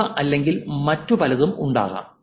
ഇവ അല്ലെങ്കിൽ മറ്റു പലതും ഉണ്ടാകാം